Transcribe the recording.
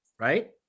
right